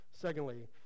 Secondly